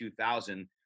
2000